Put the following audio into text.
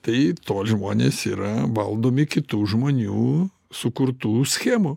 tai tol žmonės yra valdomi kitų žmonių sukurtų schemų